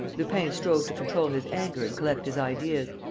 lupin strove to control his anger and collect his ideas.